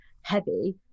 heavy